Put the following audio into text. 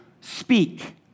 speak